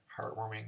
Heartwarming